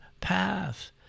path